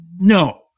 No